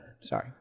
Sorry